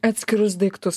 atskirus daiktus